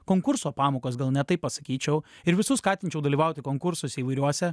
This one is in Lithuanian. konkurso pamokos gal net taip pasakyčiau ir visus skatinčiau dalyvauti konkursuose įvairiose